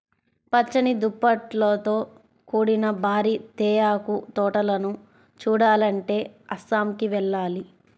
పచ్చని దుప్పట్లతో కూడిన భారీ తేయాకు తోటలను చూడాలంటే అస్సాంకి వెళ్ళాలి